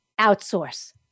outsource